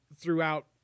throughout